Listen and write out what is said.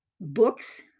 books